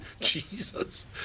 Jesus